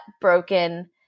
broken